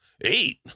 Eight